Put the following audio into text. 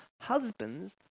husbands